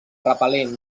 repel·lent